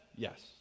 yes